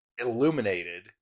illuminated